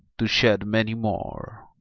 to shed many more.